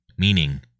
meaning